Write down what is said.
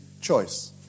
choice